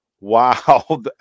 Wow